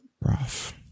Rough